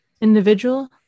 individual